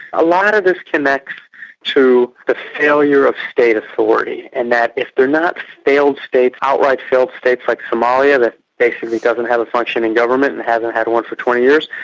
a lot of this connects to the failure of state authority and that if they're not failed states outright failed states like somalia, that basically doesn't have a functioning government and hasn't had one for twenty years,